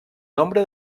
nombre